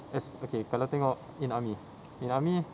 es~ okay kalau tengok in army in army